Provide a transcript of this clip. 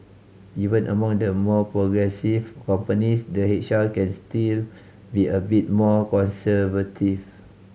even among the more progressive companies the H R can still be a bit more conservative